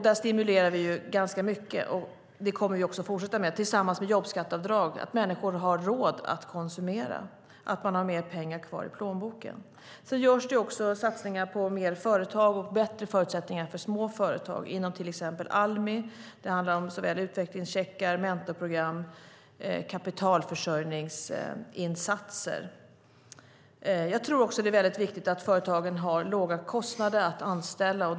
Där stimulerar vi ganska mycket, och det kommer vi också att fortsätta med. Dessutom har vi jobbskatteavdraget som har gjort att människor har råd att konsumera. Man har mer pengar kvar i plånboken. Sedan görs det också satsningar på fler företag och bättre förutsättningar för små företag inom till exempel Almi. Det handlar om utvecklingscheckar, mentorprogram och kapitalförsörjningsinsatser. Jag tror också att det är mycket viktigt att företagen har låga kostnader för att anställa.